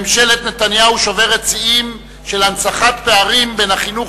ממשלת נתניהו שוברת שיאים של הנצחת פערים בין החינוך